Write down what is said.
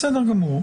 בסדר גמור.